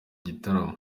gitaramo